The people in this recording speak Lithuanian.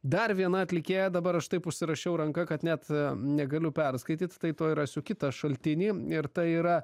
dar viena atlikėja dabar aš taip užsirašiau ranka kad net negaliu perskaityt tai tuoj rasiu kitą šaltinį ir tai yra